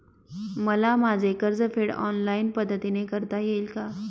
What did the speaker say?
मला माझे कर्जफेड ऑनलाइन पद्धतीने करता येईल का?